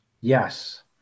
Yes